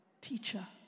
teacher